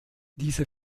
diese